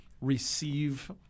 receive